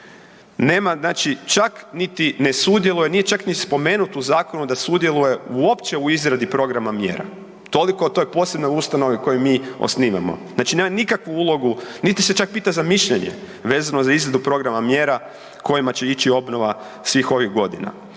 Nema znači čak niti ne sudjeluje, nije čak ni spomenut u zakonu da sudjeluje uopće u izradi programa mjera, toliko o toj posebnoj ustanovi koju mi osnivamo. Znači nema nikakvu ulogu, niti se čak pita za mišljenje vezano za izradu programa mjera kojima će ići obnova svih ovih godina.